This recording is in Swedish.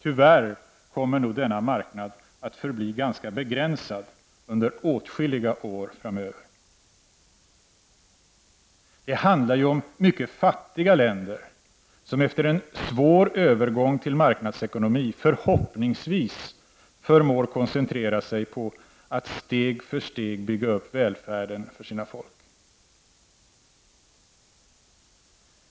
Tyvärr kommer nog denna marknad att förbli ganska begränsad under åtskilliga år framöver. Det handlar ju om mycket fattiga länder, som efter en svår övergång till marknadsekonomi förhoppningsvis förmår koncentrera sig på att steg för steg bygga upp välfärden för sina folk.